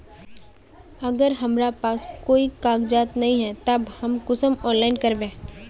अगर हमरा पास कोई कागजात नय है तब हम कुंसम ऑनलाइन करबे?